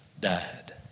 died